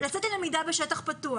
לעשות את הלמידה בשטח פתוח.